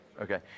Okay